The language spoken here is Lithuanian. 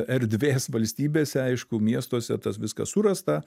erdvės valstybėse aišku miestuose tas viskas surasta